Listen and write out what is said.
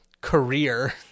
career